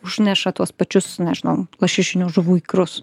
užneša tuos pačius nežinau lašišinių žuvų ikrus